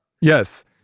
Yes